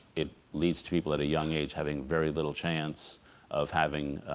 it leads to people at a young age having very little chance of having